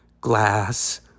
glass